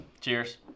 Cheers